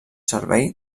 servei